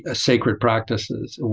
ah sacred practices.